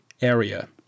area